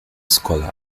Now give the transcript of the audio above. scholar